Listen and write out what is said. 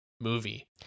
movie